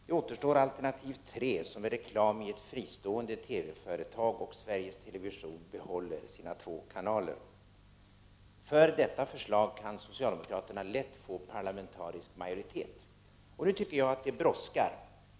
Det återstår det tredje alternativet, som är reklam i ett fristående TV-företag, och Sveriges television behåller sina två kanaler. För detta förslag kan socialdemokraterna lätt få parlamentarisk majoritet. Nu brådskar det.